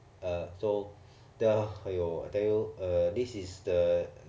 uh so the !aiyo! I tell you uh this is the